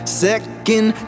second